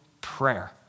prayer